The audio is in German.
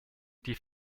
die